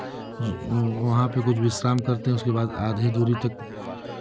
वहाँ पे कुछ विश्राम करते है उसके बाद आधे दूरी तक